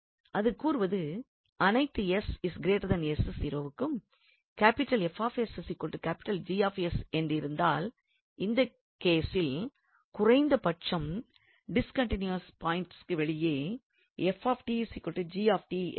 அது கூறுவது அனைத்து 𝑠 𝑠0 க்கும் 𝐹𝑠 𝐺𝑠 என்றிருந்தால் இந்த கேசில் குறைந்தபட்சம் டிஸ்கண்டினுய்ட்டீஸ் பாயின்ட்ஸிற்கு வெளியே 𝑓𝑡 𝑔𝑡 என்றாகும்